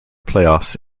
playoffs